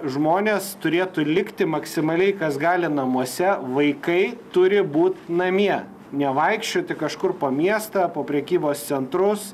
žmonės turėtų likti maksimaliai kas gali namuose vaikai turi būt namie nevaikščioti kažkur po miestą po prekybos centrus